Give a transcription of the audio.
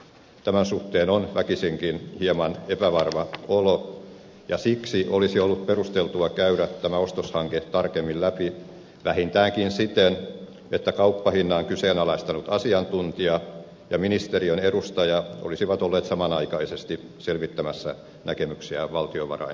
tämän suhteen on väkisinkin hieman epävarma olo ja siksi olisi ollut perusteltua käydä tämä ostoshanke tarkemmin läpi vähintäänkin siten että kauppahinnan kyseenalaistanut asiantuntija ja ministeriön edustaja olisivat olleet samanaikaisesti selvittämässä näkemyksiään valtiovarainvaliokunnalle